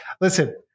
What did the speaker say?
listen